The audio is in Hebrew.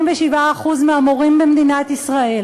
57% מהמורים במדינת ישראל,